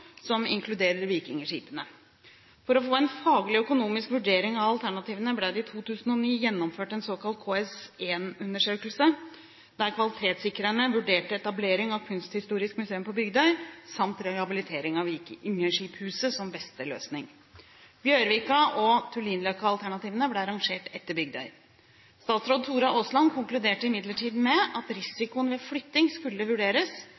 som inkluderer vikingskipene. For å få en faglig og økonomisk vurdering av alternativene ble det i 2009 gjennomført en såkalt KS1-undersøkelse, Kvalitetssikring av alternative konsepter, hvor kvalitetssikrerne vurderte etablering av Kulturhistorisk museum på Bygdøy samt rehabilitering av Vikingskiphuset, som beste løsning. Bjørvika- og Tullinløkka-alternativene ble rangert etter Bygdøy. Statsråd Tora Aasland konkluderte imidlertid med at risikoen ved flytting skulle vurderes